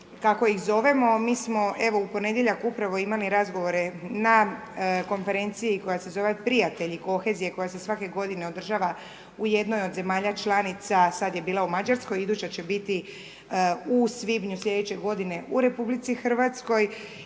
kako ih zovemo. Mi smo evo u ponedjeljak upravo imali razgovore na konferenciji koja se zova prijatelji kohezije koja se svake godine održava u jednoj od zemalja članica, sad je bila u Mađarskoj. Iduća će biti u svibnju slijedeće godine u RH i sa